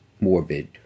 morbid